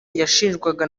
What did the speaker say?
yashinjwaga